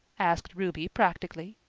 asked ruby practically.